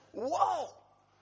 whoa